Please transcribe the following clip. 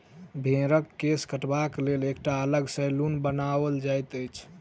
भेंड़क केश काटबाक लेल एकटा अलग सैलून बनाओल जाइत अछि